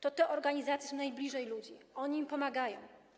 To te organizacje są najbliżej ludzi, one im pomagają.